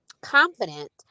confident